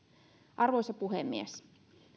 arvoisa puhemies